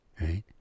Right